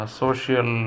social